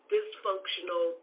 dysfunctional